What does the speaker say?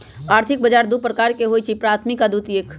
आर्थिक बजार दू प्रकार के होइ छइ प्राथमिक आऽ द्वितीयक